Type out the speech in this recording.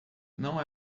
não